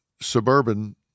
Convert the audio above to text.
suburban